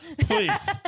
please